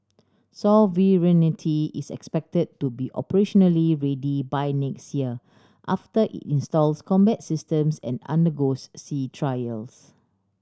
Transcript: sovereignty is expected to be operationally ready by next year after it installs combat systems and undergoes sea trials